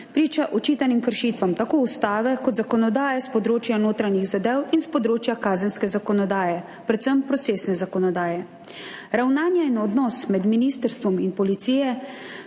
priča očitanim kršitvam tako ustave kot zakonodaje s področja notranjih zadev in s področja kazenske zakonodaje, predvsem procesne zakonodaje. Ravnanja in odnos med ministrstvom in policijo